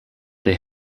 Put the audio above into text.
they